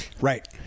Right